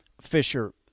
Fisher